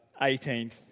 18th